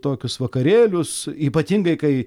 tokius vakarėlius ypatingai kai